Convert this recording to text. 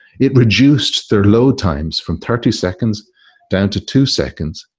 it reduced their load times from thirty seconds down to two seconds,